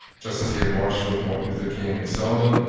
just as he had marched with martin luther king at selma,